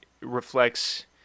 reflects